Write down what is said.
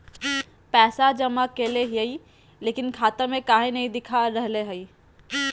पैसा जमा कैले हिअई, लेकिन खाता में काहे नई देखा रहले हई?